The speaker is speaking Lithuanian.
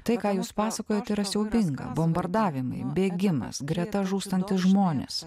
tai ką jūs pasakojote yra siaubinga bombardavimai bėgimas greta žūstantys žmonės